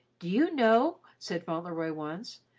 do you know, said fauntleroy once,